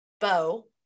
bow